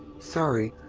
sorry.